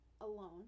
alone